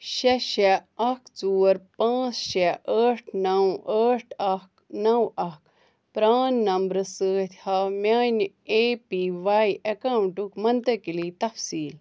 شےٚ شےٚ اَکھ ژور پانٛژھ شےٚ ٲٹھ نَو ٲٹھ اَکھ نَو اَکھ پرٛان نمبرٕ سۭتۍ ہاو میٛانہِ اے پی واے ایٚکاوُنٛٹُک منتقلی تفصیٖل